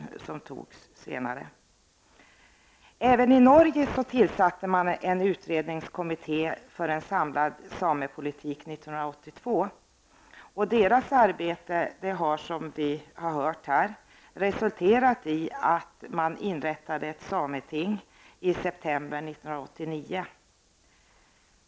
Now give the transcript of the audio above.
Även i Norge tillsattes en utredningskommitté för en samlad samepolitik 1982. Dess arbete har, som vi har hört här, resulterat i att man inrättade ett sameting i september 1989.